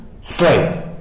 slave